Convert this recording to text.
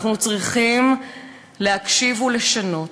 אנחנו צריכים להקשיב ולשנות.